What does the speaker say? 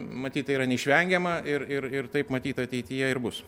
matyt tai yra neišvengiama ir ir ir taip matyt ateityje ir bus